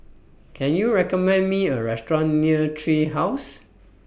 Can YOU recommend Me A Restaurant near Tree House